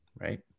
right